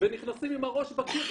ונכנסים עם הראש בקיר.